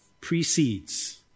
precedes